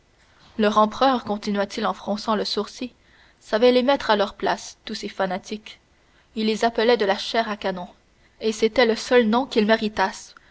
leur empereur continua-t-il en fronçant le sourcil savait les mettre à leur place tous ces fanatiques il les appelait de la chair à canon et c'était le seul nom qu'ils méritassent